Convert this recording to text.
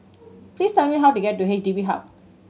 please tell me how to get to H D B Hub